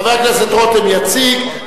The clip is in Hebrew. חבר הכנסת רותם יציג,